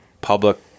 public